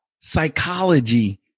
psychology